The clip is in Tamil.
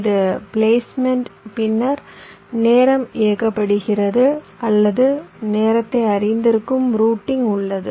இது பிளேஸ்மெண்ட் பின்னர் நேரம் இயக்கப்படுகிறது அல்லது நேரத்தை அறிந்திருக்கும் ரூட்டிங் உள்ளது